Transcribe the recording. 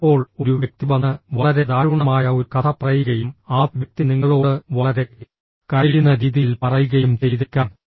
ചിലപ്പോൾ ഒരു വ്യക്തി വന്ന് വളരെ ദാരുണമായ ഒരു കഥ പറയുകയും ആ വ്യക്തി നിങ്ങളോട് വളരെ കരയുന്ന രീതിയിൽ പറയുകയും ചെയ്തേക്കാം